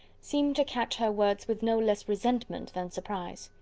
seemed to catch her words with no less resentment than surprise.